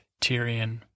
Tyrion